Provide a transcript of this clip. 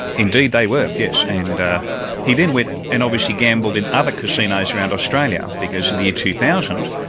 indeed they were, yes, and he then went and obviously gambled in other casinos around australia, because in the year two thousand,